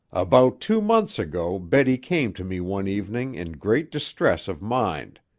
about two months ago betty came to me one evening in great distress of mind.